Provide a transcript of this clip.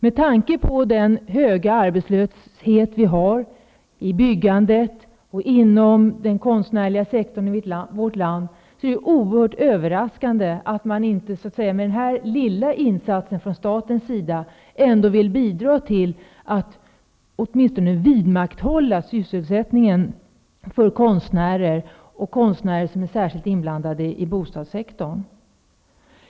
Med tanke på den höga arbetslöshet som vi har i byggandet och inom den konstnärliga sektorn i vårt land är det oerhört överraskande att man inte med denna lilla insats från statens sida vill bidra till att åtminstone vidmakthålla sysselsättningen för konstnärer som är särskilt engagerade i bostadssektorn.